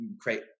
create